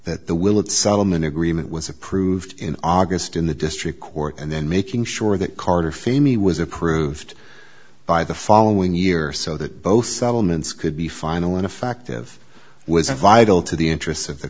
that the will it settlement agreement was approved in august in the district court and then making sure that carter feeney was approved by the following year so that both settlements could be final in a fact of was vital to the interests of the